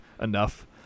enough